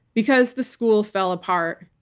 because the school fell apart.